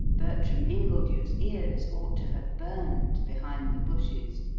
bertram ingledew's ears ought to have burned behind the bushes.